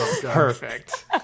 Perfect